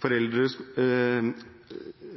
politi